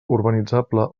urbanitzable